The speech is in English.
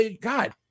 God